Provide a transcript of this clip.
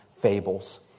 fables